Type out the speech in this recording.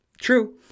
True